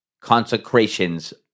Consecrations